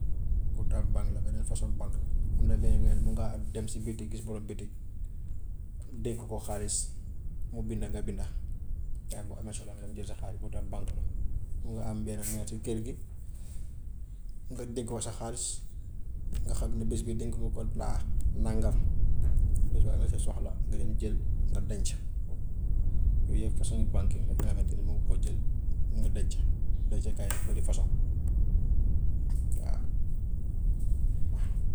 Boobu tam banque la beneen façon banque la, am na looy yore mun ngaa am dem si bitik gis borom bitik dénk ko xaalis mu bind nga binda, saa boo amee soxla nga dem jël sa xaalis boobu tam banque la. Mun nga am benn meer ci kër gi nga dénk ko sa xaalis nga xam ni bés bii dénk nga ko tant nangam, bés boo amee sa soxla nga dem jël nga denca, yooyu yëpp fasoŋi banque la yi nga xamante ne mun nga ko jël nga denca. Dencekaay dafa bari fasoŋ waaw.